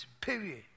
period